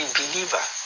believer